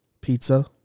Pizza